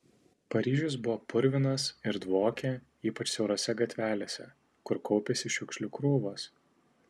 paryžius buvo purvinas ir dvokė ypač siaurose gatvelėse kur kaupėsi šiukšlių krūvos